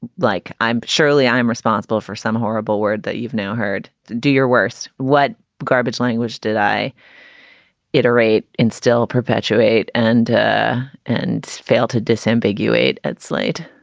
like i'm surely i'm responsible for some horrible word that you've now heard. do your worst. what garbage language did i iterate and still perpetuate and and fail to disambiguate at slate?